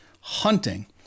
hunting